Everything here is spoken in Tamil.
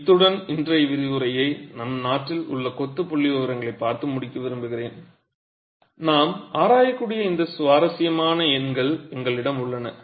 இத்துடன் இன்றைய விரிவுரையை நம் நாட்டில் உள்ள கொத்து புள்ளிவிவரங்களைப் பார்த்து முடிக்க விரும்புகிறேன் நாம் ஆராயக்கூடிய இந்த சுவாரஸ்யமான எண்கள் எங்களிடம் உள்ளன